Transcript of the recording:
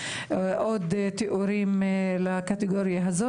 עוד תיאורים לקטגוריה הזאת.